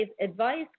advice